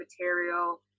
material